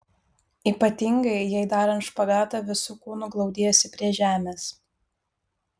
ypatingai jei darant špagatą visu kūnu glaudiesi prie žemės